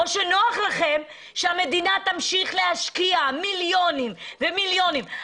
או שנוח לכם שהמדינה תמשיך להשקיע מיליונים ומיליונים.